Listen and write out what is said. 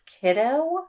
Kiddo